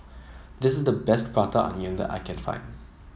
this is the best Prata Onion the I can find